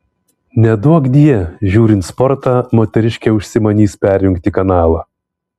neduokdie žiūrint sportą moteriškė užsimanys perjungti kanalą